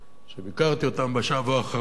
שביקרתי אותם בשבוע האחרון,